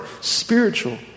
spiritual